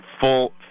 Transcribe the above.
full